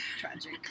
Tragic